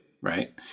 right